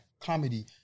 comedy